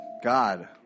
God